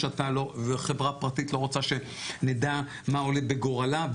וחברה פרטית לא רוצה שנדע מה עולה בגורלה,